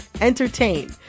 entertain